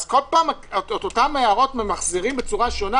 כל פעם ממחזרים אותן הערות בצורה שונה?